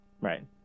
Right